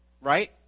right